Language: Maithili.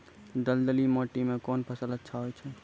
दलदली माटी म कोन फसल अच्छा होय छै?